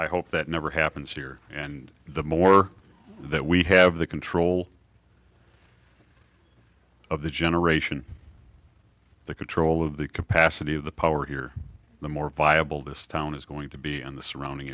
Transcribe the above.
i hope that never happens here and the more that we have the control of the generation the control of the capacity of the power here the more viable this town is going to be and the surrounding